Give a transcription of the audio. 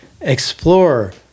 explore